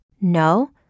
No